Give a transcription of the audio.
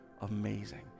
amazing